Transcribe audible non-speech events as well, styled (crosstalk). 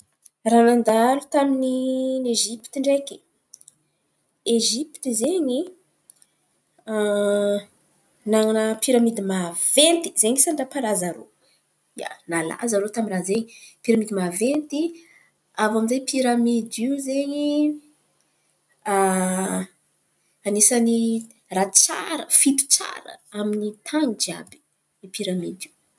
Raha nandalo tamin’i Ezipty, Ezipty izen̈y (hesitation) nanan̈a piramidy maventy zen̈y sendra mampalaza irô ianalaza irô tamin’ny raha izen̈y, piramidy naventy. Avô amizay piramidy iô zen̈y (hesitation) anisan̈y raha tsary fahity tsara an-tany jiàby i piramidy io.